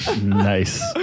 Nice